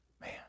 man